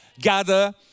gather